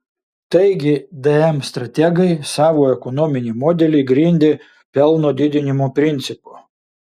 taigi dm strategai savo ekonominį modelį grindė pelno didinimo principu